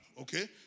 Okay